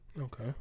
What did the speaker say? Okay